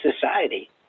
society